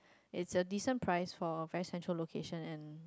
it's a decent price for very center location and